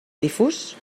difús